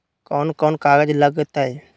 कौन कौन कागज लग तय?